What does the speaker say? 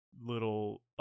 little